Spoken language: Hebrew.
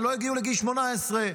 לא הגיעו לגיל 18,